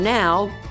now